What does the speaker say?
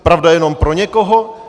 Pravda je jenom pro někoho?